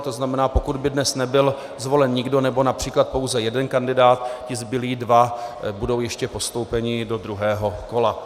To znamená, pokud by dnes nebyl zvolen nikdo nebo například pouze jeden kandidát, ti zbylí dva budou ještě postoupeni do druhého kola.